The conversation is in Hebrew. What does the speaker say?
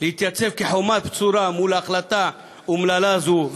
להתייצב כחומה בצורה מול החלטה אומללה זו,